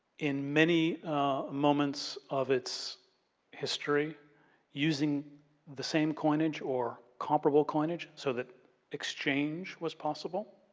in many moments of it's history using the same coinage or comparable coinage so that exchange was possible,